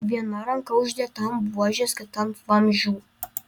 viena ranka uždėta ant buožės kita ant vamzdžių